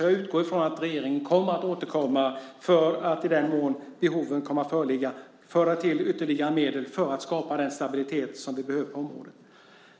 Jag utgår därför från att regeringen kommer att återkomma för att, i den mån behoven kommer att föreligga, föra till ytterligare medel för att skapa den stabilitet som vi behöver på området.